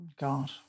God